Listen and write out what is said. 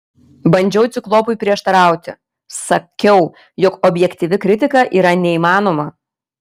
bandžiau ciklopui prieštarauti sakiau jog objektyvi kritika yra neįmanoma